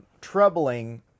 troubling